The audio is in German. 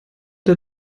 der